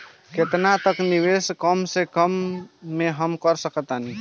केतना तक के निवेश कम से कम मे हम कर सकत बानी?